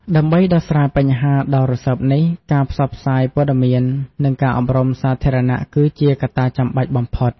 ដើម្បីដោះស្រាយបញ្ហាដ៏រសើបនេះ ការផ្សព្វផ្សាយព័ត៌មាន និងការអប់រំសាធារណជនគឺជាកត្តាចាំបាច់បំផុត។